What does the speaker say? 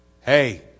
Hey